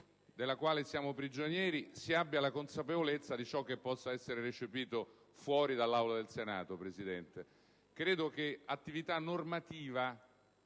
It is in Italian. della quale siamo prigionieri, si abbia la consapevolezza di ciò che può essere recepito fuori dall'Aula del Senato, signor Presidente. Credo che l'attività normativa